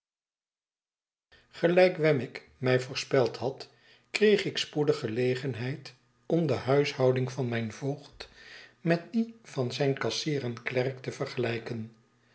gelijk wemmick mij yoorspeld had kreeg ik spoedig gelegenheid om de huishouding van mijn voogd met die van zijn kassier enklerkte vergelijken